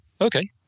Okay